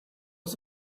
was